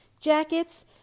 jackets